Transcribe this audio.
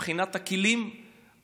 מבחינת הכלים העובדתיים.